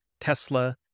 Tesla